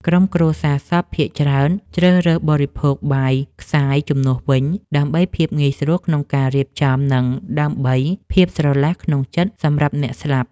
ក្រុមគ្រួសារសពភាគច្រើនជ្រើសរើសបរិភោគបាយខ្សាយជំនួសវិញ ដើម្បីភាពងាយស្រួលក្នុងការរៀបចំ និងដើម្បីភាពស្រឡះក្នុងចិត្តសម្រាប់អ្នកស្លាប់។